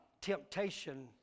temptation